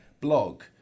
blog